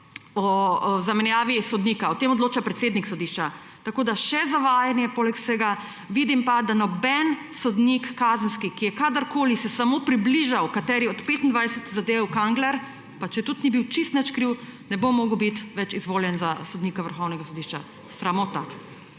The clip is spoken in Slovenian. o zamenjavi sodnika, o tem odloča predsednik sodišča. Tako da je še zavajanje poleg vsega. Vidim pa, da nobeden kazenski sodnik, ki je kadarkoli se samo približal kateri od 25 zadev Kangler, pa če tudi ni bil čisto nič kriv, ne bo mogel biti več izvoljen za sodnika Vrhovnega sodišča. Sramota.